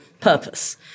purpose